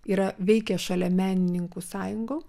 yra veikia šalia menininkų sąjungų